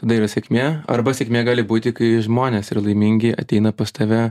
tada yra sėkmė arba sėkmė gali būti kai žmonės yra laimingi ateina pas tave